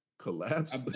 collapse